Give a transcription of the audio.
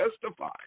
testify